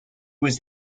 was